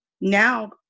Now